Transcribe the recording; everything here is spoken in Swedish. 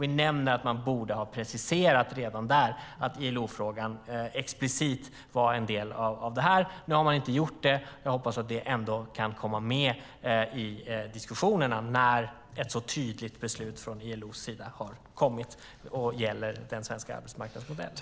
Vi nämner att man borde ha preciserat redan där att ILO-frågan explicit var en del av detta. Nu har man inte gjort det. Jag hoppas att det ändå kan komma med i diskussionerna när ett så tydligt beslut från ILO:s sida har kommit som gäller den svenska arbetsmarknadsmodellen.